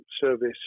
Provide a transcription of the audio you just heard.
service